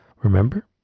Remember